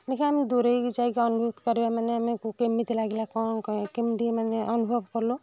ଦେଖିଆ ଆମେ ଦୂରେଇକି ଯାଇକି ଅନୁଭୂତ କରିବା ମାନେ ଆମେକୁ କେମିତି ଲାଗିଲା କ'ଣ କେମିତି ମାନେ ଅନୁଭବ କଲୁ